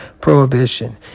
prohibition